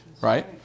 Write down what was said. Right